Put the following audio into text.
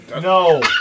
No